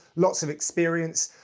lots of experience.